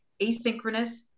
asynchronous